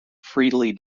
freely